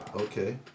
Okay